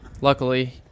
Luckily